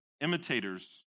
imitators